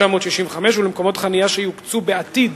התשכ"ה 1965, ולמקומות חנייה שיוקצו בעתיד,